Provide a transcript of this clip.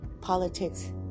Politics